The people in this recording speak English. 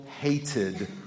hated